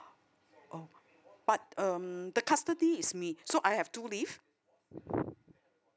oh but um the custody is me so I have two leave